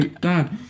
dad